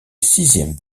sixième